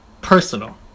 personal